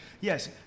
yes